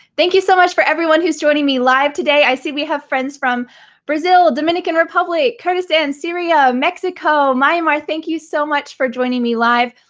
thank you so much for everyone whose joining me live today. i see we have friends from brazil, dominican republic, kurdistan, syria, mexico, myanmar. um ah thank you so much for joining me live.